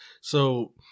So-